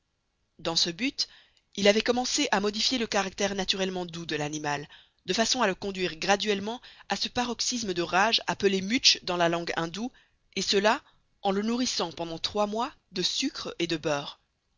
dans ce but il avait commencé à modifier le caractère naturellement doux de l'animal de façon à le conduire graduellement à ce paroxysme de rage appelé mutsh dans la langue indoue et cela en le nourrissant pendant trois mois de sucre et de beurre